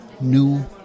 new